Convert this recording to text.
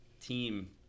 team